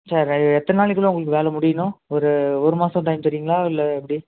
sir அது எத்தனை நாளைக்குள்ளே உங்களுக்கு வேலை முடியுணும் ஒரு ஒரு மாதம் டைம் தரிங்களா இல்லை எப்படி